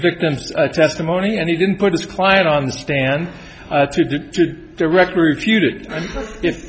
victim's testimony and he didn't put his client on the stand to do it directly refuted if